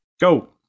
Go